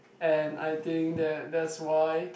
and I think that that's why